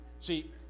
see